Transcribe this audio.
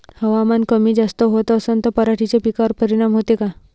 हवामान कमी जास्त होत असन त पराटीच्या पिकावर परिनाम होते का?